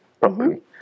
properly